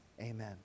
Amen